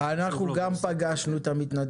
חשוב לו ועושה --- אנחנו גם פגשנו את המתנדבים.